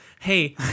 Hey